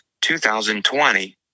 2020